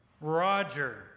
Roger